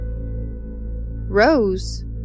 Rose